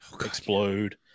explode